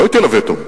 היא לא הטילה וטו,